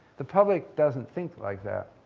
the public doesn't think like that.